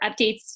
updates